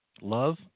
love